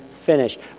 finished